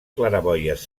claraboies